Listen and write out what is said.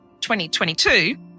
2022